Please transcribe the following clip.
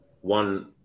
one